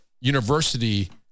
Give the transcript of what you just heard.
University